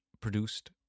produced